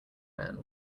men